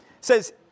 says